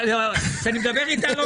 אני מדבר איתה, בטח.